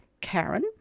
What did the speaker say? Karen